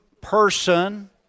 person